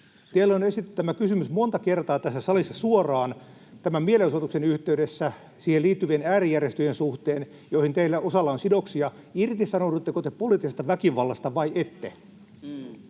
Teille on esitetty tämä kysymys monta kertaa tässä salissa suoraan, tämän mielenosoituksen yhteydessä, siihen liittyvien äärijärjestöjen suhteen, joihin teillä osalla on sidoksia: irtisanoudutteko te poliittisesta väkivallasta vai ette?